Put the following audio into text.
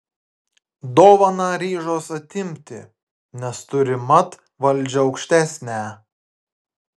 dovaną ryžos atimti nes turi mat valdžią aukštesnę